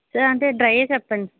sir అంటే డ్రైయే చెప్పండి